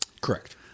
Correct